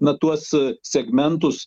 na tuos segmentus